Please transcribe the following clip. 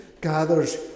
gathers